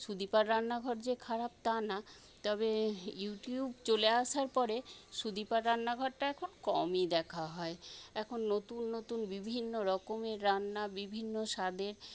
সুদীপার রান্নাঘর যে খারাপ তা না তবে ইউটিউব চলে আসার পরে সুদীপার রান্নাঘরটা এখন কমই দেখা হয় এখন নতুন নতুন বিভিন্নরকমের রান্না বিভিন্ন স্বাদের